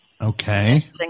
Okay